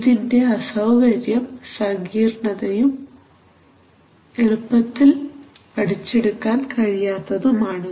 ഇതിൻറെ അസൌകര്യം സങ്കീർണതയും എളുപ്പത്തിൽ പഠിച്ചെടുക്കാൻ കഴിയാത്തതുമാണ്